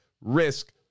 risk